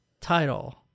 title